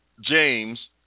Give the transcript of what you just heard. James